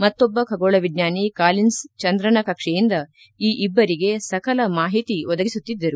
ಮತ್ತೊಬ್ಬ ಖಗೋಳ ವಿಜ್ಞಾನಿ ಕಾಲಿನ್ಸ್ ಚಂದ್ರನ ಕಕ್ಷೆಯಿಂದ ಈ ಇಬ್ಬರಿಗೆ ಸಕಲ ಮಾಹಿತಿ ಒದಗಿಸುತ್ತಿದ್ದರು